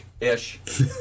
Ish